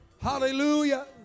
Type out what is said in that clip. Hallelujah